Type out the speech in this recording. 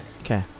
Okay